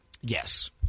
Yes